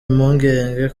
impungenge